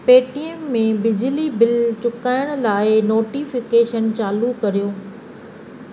Paytm में बिजली बिलु चुकाइणु लाइ नोटिफ़िकेशन चालू करियो